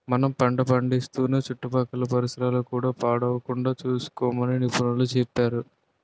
మనం పంట పండిస్తూనే చుట్టుపక్కల పరిసరాలు కూడా పాడవకుండా సూసుకోమని నిపుణులు సెప్పేరు